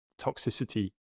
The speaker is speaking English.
toxicity